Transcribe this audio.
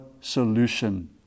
solution